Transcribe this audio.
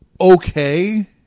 okay